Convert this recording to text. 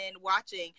watching